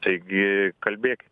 taigi kalbėkit